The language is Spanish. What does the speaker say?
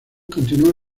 continuó